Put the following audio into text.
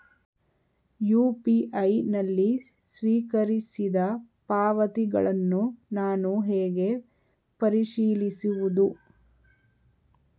UPI ನಲ್ಲಿ ಸ್ವೀಕರಿಸಿದ ಪಾವತಿಗಳನ್ನು ನಾನು ಹೇಗೆ ಪರಿಶೀಲಿಸುವುದು?